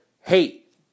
hate